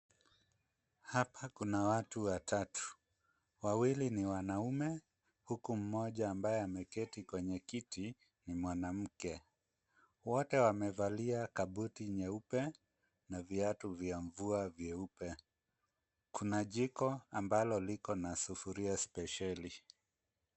Hapa kuna watu watatu, wawili ni wanaume huku mmoja ambaye ameketi kwenye kiti ni mwanamke. Wote wamevalia kabuti nyeupe na viatu vya mvua vyeupe. Kuna jiko ambalo liko na sufuria spesheli.